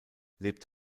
lebt